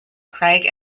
craig